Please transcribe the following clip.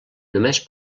només